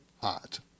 hot